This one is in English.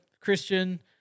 Christian